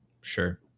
Sure